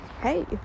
hey